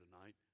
tonight